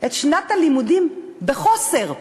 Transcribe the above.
את שנת הלימודים בחוסר.